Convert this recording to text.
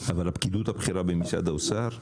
אבל הפקידות הבכירה במשרד האוצר,